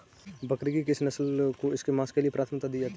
बकरी की किस नस्ल को इसके मांस के लिए प्राथमिकता दी जाती है?